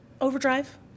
Overdrive